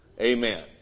Amen